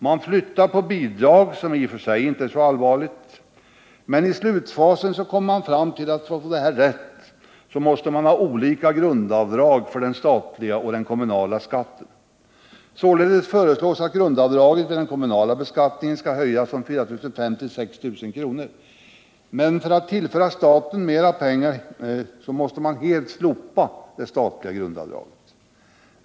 Man flyttar på bidrag — det är i och för sig inte så allvarligt — och i slutfasen kommer man fram till att man måste ha olika grundavdrag för den statliga och den kommunala skatten. Således föreslås att grundavdraget vid den kommunala beskattningen skall höjas från 4 500 kr. till 6 000 kr., medan man för att tillföra staten mera pengar helt måste slopa det statliga grundavdraget.